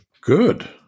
Good